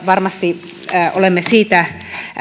varmasti olemme siitä